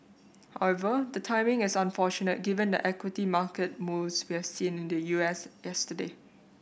however the timing is unfortunate given the equity market moves we have seen in the U S yesterday